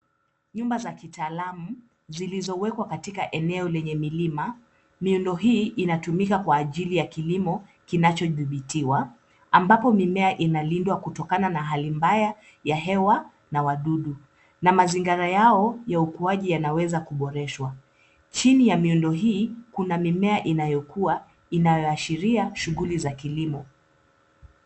Nyumba za kitaalamu, zilizowekwa katika eneo lenye milima, miundo hii inatumika kwa ajili ya kilimo, kinachodhibitiwa ambapo mimea inalindwa kutokana na hali mbaya ya hewa na wadudu, na mazingara yao ya ukuaji yanaweza kuboreshwa. Chini ya miundo hii, kuna mimea inyokua, inayoashiria shughuli za kilimo.